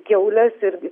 kiaulės ir